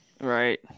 Right